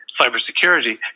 cybersecurity